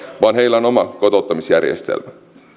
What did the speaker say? vaan heillä on oma kotouttamisjärjestelmä